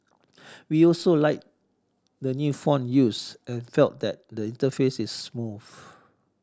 we also liked the new font used and felt that the interface is smooth